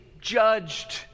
judged